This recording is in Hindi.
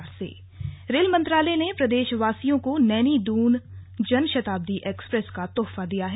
रेल सेवा रेल मंत्रालय ने प्रदेशवासियों को नैनी दून जनशताब्दी एक्सप्रेस का तोहफा दिया है